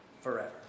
forever